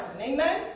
Amen